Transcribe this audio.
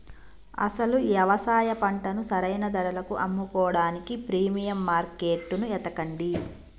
అసలు యవసాయ పంటను సరైన ధరలకు అమ్ముకోడానికి ప్రీమియం మార్కేట్టును ఎతకండి